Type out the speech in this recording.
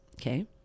okay